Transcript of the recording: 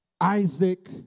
Isaac